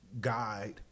guide